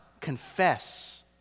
confess